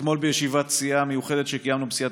אתמול בישיבת סיעה מיוחדת שקיימנו בסיעת